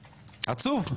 עצוב.